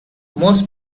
most